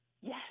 Yes